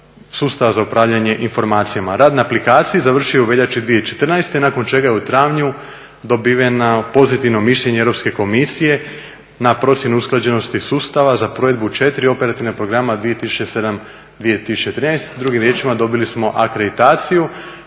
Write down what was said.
sustava za upravljanje informacijama. Rad na aplikaciji završio je u veljači 2014. nakon čega je u travnju dobiveno pozitivno mišljenje Europske komisije na procjenu usklađenosti sustava za provedbu četiri operativna programa 2007./2013., drugim riječima dobili smo akreditaciju